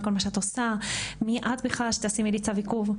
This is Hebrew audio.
כל מה שאת עושה מי את שתשימי לי צו עיכוב?